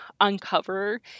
uncover